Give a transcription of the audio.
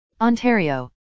Ontario